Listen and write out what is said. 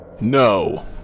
No